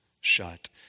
shut